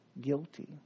guilty